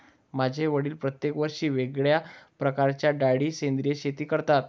माझे वडील प्रत्येक वर्षी वेगळ्या प्रकारच्या डाळी सेंद्रिय शेती करतात